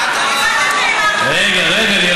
רגע, רגע.